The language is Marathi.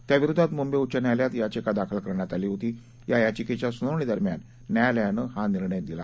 त्या विरोधात मुंबई उच्च न्यायालयात याचिका दाखल करण्यात आली होती या याचिकेच्या सुनावणी दरम्यान न्यायालयानं हा निर्णय दिला